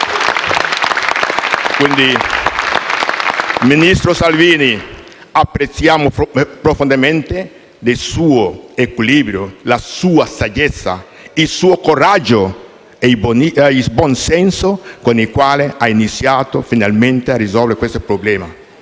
FdI)*. Ministro Salvini, apprezziamo profondamente il suo equilibro, la sua saggezza, il suo coraggio e il buonsenso, con i quali ha iniziato finalmente a risolvere questo problema.